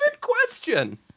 question